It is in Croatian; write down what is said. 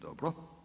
Dobro.